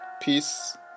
peace